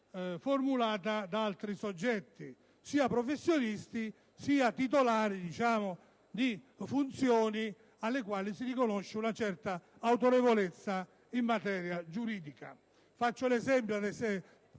formulata da altri soggetti, sia professionisti, sia titolari di funzioni alle quali si riconosce una certa autorevolezza in materia giuridica. Faccio l'esempio,